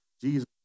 Jesus